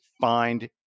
find